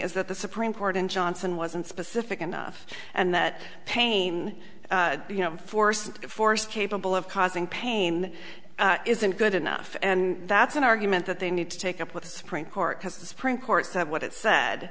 is that the supreme court in johnson wasn't specific enough and that pain force force capable of causing pain isn't good enough and that's an argument that they need to take up with the supreme court because the supreme court said what it said